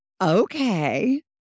Okay